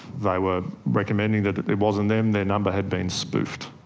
they were recommending that it wasn't them, their number had been spoofed.